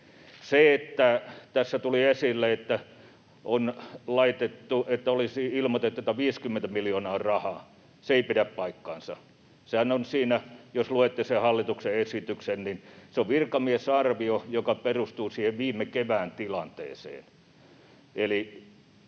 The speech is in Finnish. Kun tässä tuli esille, että olisi ilmoitettu, että 50 miljoonaa on rahaa, se ei pidä paikkaansa. Jos luette sen hallituksen esityksen, niin se on virkamiesarvio, joka perustuu siihen viime kevään tilanteeseen.